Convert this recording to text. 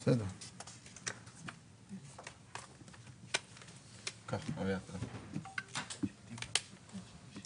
עד עכשיו זה שמשרד הבריאות מימן את העלויות האלה.